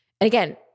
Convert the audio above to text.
again